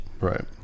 Right